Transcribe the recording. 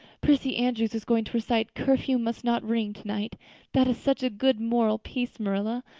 prissy andrews is going to recite curfew must not ring tonight that is such a good moral piece, marilla,